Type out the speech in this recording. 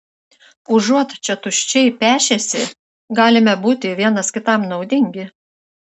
užuot čia tuščiai pešęsi galime būti vienas kitam naudingi